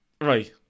right